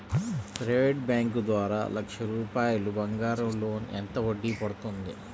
Private bank ద్వారా లక్ష రూపాయలు బంగారం లోన్ ఎంత వడ్డీ పడుతుంది?